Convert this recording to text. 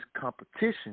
competition